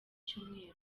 cyumweru